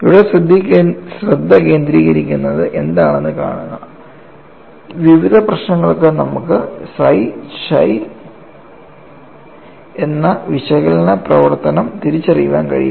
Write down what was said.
ഇവിടെ ശ്രദ്ധ കേന്ദ്രീകരിക്കുന്നത് എന്താണെന്ന് കാണുക വിവിധ പ്രശ്നങ്ങൾക്ക് നമുക്ക് psi chi എന്ന വിശകലന പ്രവർത്തനം തിരിച്ചറിയാൻ കഴിയും